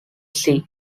sea